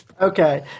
Okay